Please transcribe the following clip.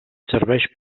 serveix